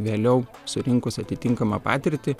vėliau surinkus atitinkamą patirtį